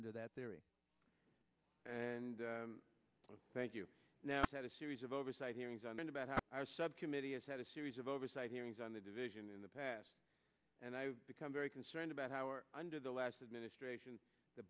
under that theory and thank you now at a series of oversight hearings i mean about how our subcommittee has had a series of oversight hearings on the division in the past and i become very concerned about how or under the last administration the